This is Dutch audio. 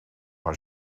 haar